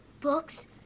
books